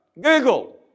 Google